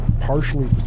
partially